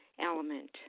element